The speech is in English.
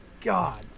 god